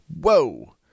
whoa